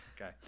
Okay